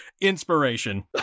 Inspiration